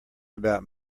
about